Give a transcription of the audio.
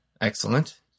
Excellent